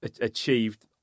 achieved